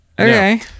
Okay